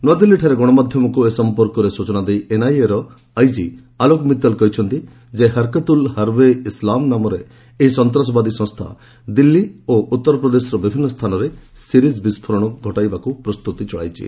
ନୂଆଦିଲ୍ଲୀଠାରେ ଗଣମାଧ୍ୟମକୁ ଏ ସମ୍ପର୍କରେ ସ୍ୱଚନା ଦେଇ ଏନ୍ଆଇଏ ର ଆଇଜି ଆଲୋକ ମିତଲ କହିଛନ୍ତି ହରକତ ଉଲ୍ ହର୍ବ ଇ ଇସଲାମ୍ ନାମରେ ଏହି ସନ୍ତାସବାଦୀ ସଂସ୍ଥା ଦିଲ୍ଲୀ ଓ ଉତ୍ତରପ୍ରଦେଶର ବିଭିନ୍ନ ସ୍ଥାନରେ ସିରିଜ୍ ବିସ୍ଫୋରଣ କରିବାକୁ ପ୍ରସ୍ତୁତି ଚଳାଇଛି